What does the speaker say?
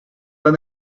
las